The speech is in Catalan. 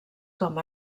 com